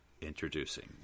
Introducing